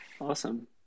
Awesome